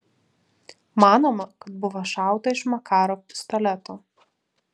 manoma kad buvo šauta iš makarov pistoleto